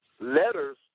letters